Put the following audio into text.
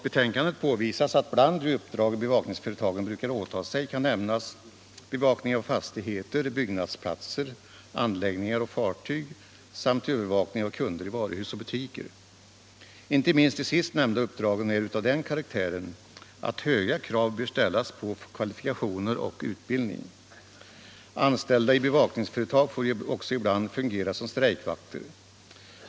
Bland de uppdrag som bevakningsföretagen brukar åta sig nämns i betänkandet bevakning av fastigheter, byggnadsplatser, anläggningar och fartyg samt övervakning av kunder i varuhus och butiker. Inte minst de sist nämnda uppdragen är av den karaktären att höga krav bör ställas på kvalifikationer och utbildning. Anställda i bevakningsföretag får ibland också fungera som strejkvakter.